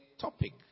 topic